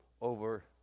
over